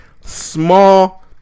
small